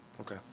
okay